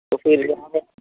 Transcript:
इसी लिए सर